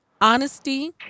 honesty